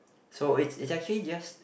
so it's it's actually just